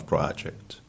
Project